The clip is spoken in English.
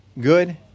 Good